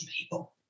people